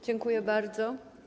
Dziękuję bardzo.